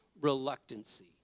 reluctancy